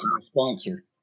sponsor